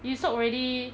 you soak already